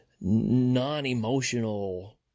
non-emotional